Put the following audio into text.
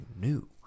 new